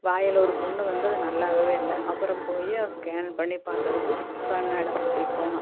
வாயில் ஒரு புண் வந்து அது நல்லாகவே இல்லை அப்புறம் போய் அதை ஸ்கேன் பண்ணி பார்த்ததுக்கு குப்புசாமி நாய்டு ஆஸ்பத்திரி போனோம்